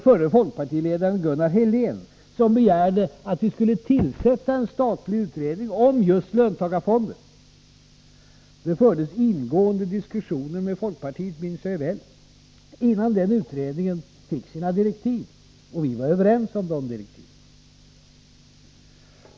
förre folkpartiledaren Gunnar Helén som begärde att vi skulle tillsätta en statlig utredning om just löntagarfonder. Det fördes ingående diskussioner med folkpartiet, det minns jag väl, innan den utredningen fick sina direktiv. Vi var överens om de direktiven.